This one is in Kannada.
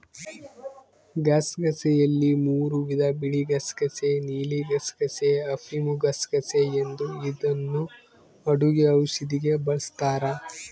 ಗಸಗಸೆಯಲ್ಲಿ ಮೂರೂ ವಿಧ ಬಿಳಿಗಸಗಸೆ ನೀಲಿಗಸಗಸೆ, ಅಫಿಮುಗಸಗಸೆ ಎಂದು ಇದನ್ನು ಅಡುಗೆ ಔಷಧಿಗೆ ಬಳಸ್ತಾರ